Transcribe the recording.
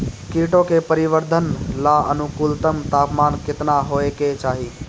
कीटो के परिवरर्धन ला अनुकूलतम तापमान केतना होए के चाही?